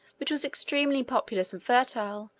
which was extremely populous and fertile,